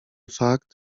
fakt